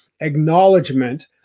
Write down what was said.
acknowledgement